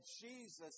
Jesus